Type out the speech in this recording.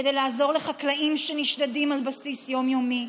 כדי לעזור לחקלאים שנשדדים על בסיס יום-יומי,